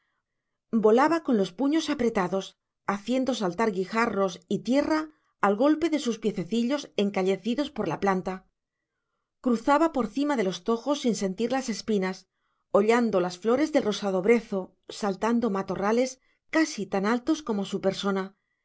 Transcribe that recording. volaba con los puños apretados haciendo saltar guijarros y tierra al golpe de sus piececillos encallecidos por la planta cruzaba por cima de los tojos sin sentir las espinas hollando las flores del rosado brezo salvando matorrales casi tan altos como su persona